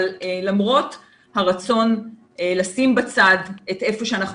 אבל למרות הרצון לשים בצד את איפה שאנחנו